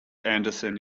anderson